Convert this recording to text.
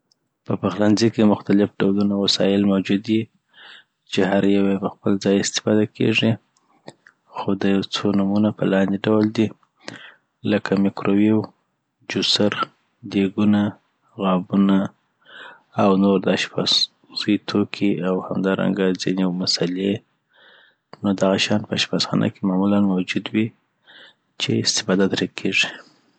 په پخلنځي کی مختلف ډولونه وسایل موجود یی چی هر یو یی په خپل ځاي استفاده کیږی خو د یو څو نومونه په لاندي ډول دي لکه مکرویو، جوسر، دیګونه، غابونه، او نور د اشپزي توکي اوهمدا رنګه ځیني مسلي .نو دغه شیان يه اشپزخانه کي معمولا موجود وی، چی استفاده تری کیږی.